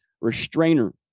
restrainer